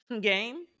game